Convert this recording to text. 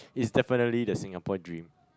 is definitely the Singapore dream